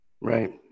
Right